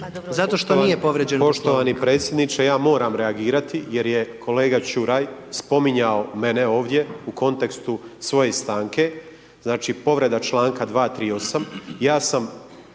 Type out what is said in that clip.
Nikola (MOST)** Poštovani predsjedniče ja moram reagirati, jer je kolega Čuraj, spominjao mene ovdje, u kontekstu svoje stanke, znači povreda čl. 238.